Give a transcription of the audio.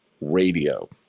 radio